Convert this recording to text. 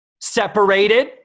separated